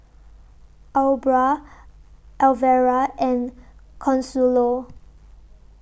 Aubra Alvera and Consuelo